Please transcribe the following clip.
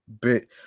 bit